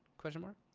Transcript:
question mark?